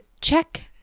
check